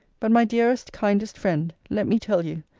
but, my dearest, kindest friend, let me tell you,